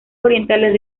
orientales